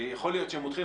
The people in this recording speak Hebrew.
שיכול להיות שהם מותחים,